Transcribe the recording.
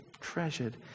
treasured